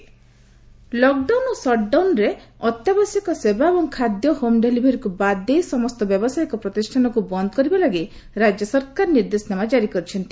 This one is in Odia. ମଦ ହୋମ୍ ଡେଲିଭରି ଲକ୍ ଡାଉନ୍ ଓ ସଟ୍ ଡାଉନ୍ରେ ଅତ୍ୟାବଶ୍ୟକ ସେବା ଏବଂ ଖାଦ୍ୟ ହୋମ ଡେଲିଭରିକୁ ବାଦ୍ ଦେଇ ସମସ୍ତ ବ୍ୟବସାୟିକ ପ୍ରତିଷ୍ଠାନକୁ ବନ୍ଦ କରିବା ଲାଗି ରାକ୍ୟ ସରକାର ନିର୍ଦ୍ଦେଶନାମା ଜାରୀ କରିଛନ୍ତି